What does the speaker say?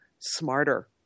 smarter